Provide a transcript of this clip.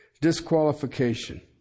disqualification